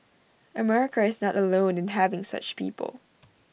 America is not alone in having such people